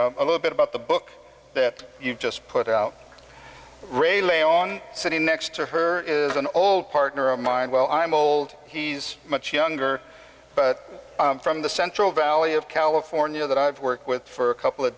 and a little bit about the book that you just put out ray lay on sitting next to her is an old partner of mine well i'm old he's much younger but from the central valley of california that i've worked with for a couple of